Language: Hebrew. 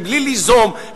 בלי ליזום,